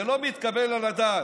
זה לא מתקבל על הדעת.